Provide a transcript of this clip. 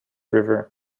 river